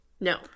No